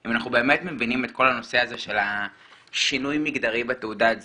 אם אנחנו באמת מבינים את כל הנושא הזה של השינוי המגדרי בתעודת זהות.